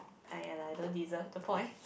ah ya lah I don't deserve the point